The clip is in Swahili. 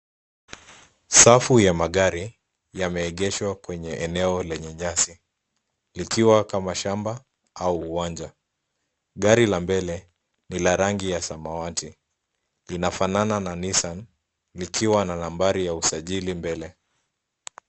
Safu ya magari yameegeshwa kwenye eneo lenye nyasi, likiwa kama shamba au uwanja. Gari la mbele ni la rangi ya samawati. linafanana na Nissan, likiwa na nambari ya usajili mbele.